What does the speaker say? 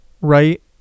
right